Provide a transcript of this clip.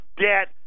debt